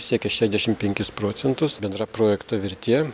siekia šešiasdešimt penkis procentus bendra projekto vertė